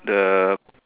the